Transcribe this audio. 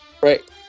Right